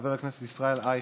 חבר הכנסת ישראל אייכלר,